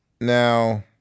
Now